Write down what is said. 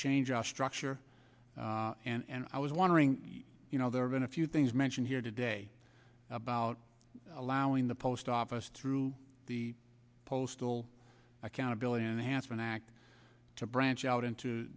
change our structure and i was wondering you know there have been a few things mentioned here today about allowing the post office through the postal accountability enhancement act to branch out into